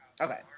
Okay